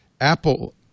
Apple